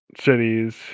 Cities